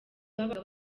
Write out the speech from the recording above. babaga